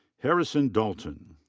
harrison dalton.